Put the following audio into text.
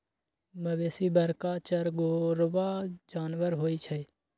मवेशी बरका चरगोरबा जानबर होइ छइ